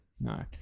No